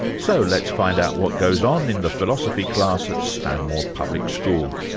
so let's find out what goes on in the philosophy class at stanmore public school.